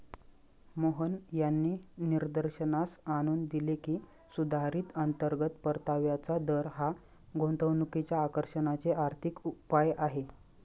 मोहन यांनी निदर्शनास आणून दिले की, सुधारित अंतर्गत परताव्याचा दर हा गुंतवणुकीच्या आकर्षणाचे आर्थिक उपाय आहे